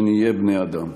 שנהיה בני-אדם.